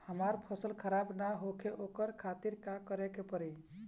हमर फसल खराब न होखे ओकरा खातिर का करे के परी?